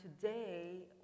today